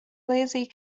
lazy